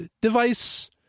device